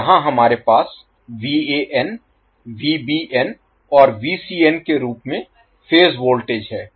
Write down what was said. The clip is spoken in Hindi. तो यहां हमारे पास और के रूप में फेज वोल्टेज है